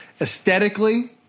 aesthetically